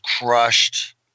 crushed